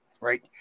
right